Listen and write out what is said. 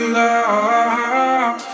love